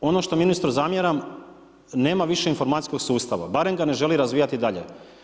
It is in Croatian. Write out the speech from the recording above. Ono što ministru zamjeram nema više informacijskog sustava, barem ga ne želi razvijati dalje.